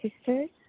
sisters